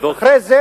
ואחרי זה